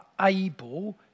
able